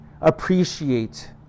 appreciate